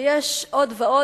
ויש עוד ועוד.